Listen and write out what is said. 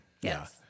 Yes